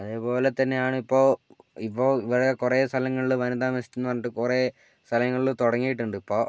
അതേപോലെ തന്നെയാണ് ഇപ്പോൾ ഇപ്പോൾ ഇവിടെ കുറെ സ്ഥലങ്ങളിൽ വനിത മെസ്സ് എന്നു പറഞ്ഞിട്ട് കുറെ സ്ഥലങ്ങളിൽ തുടങ്ങിയിട്ടുണ്ട് ഇപ്പോൾ